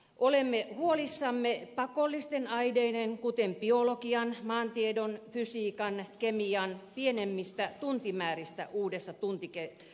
olemme huolissamme pakollisten aineiden kuten biologian maantiedon fysiikan kemian pienemmistä tuntimääristä uudessa tuntikehyksessä